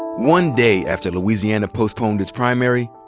one day after louisiana postponed its primary,